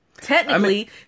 Technically